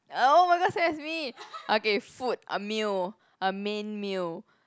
oh my god same as me okay food a meal a main meal